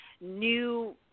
new